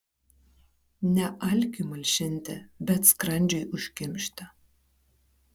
ne alkiui malšinti bet skrandžiui užkimšti